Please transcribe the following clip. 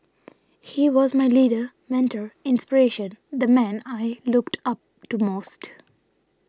he was my leader mentor inspiration the man I looked up to most